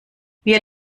wir